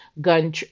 Gun